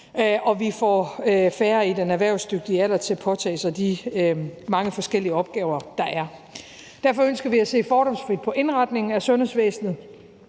vi får færre i den erhvervsdygtige alder til at påtage sig de mange forskellige opgaver, der er. Derfor ønsker vi at se fordomsfrit på indretningen af sundhedsvæsenet,